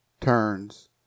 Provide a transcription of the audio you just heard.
turns